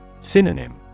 Synonym